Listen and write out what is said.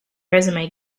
resume